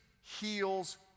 heals